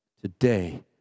Today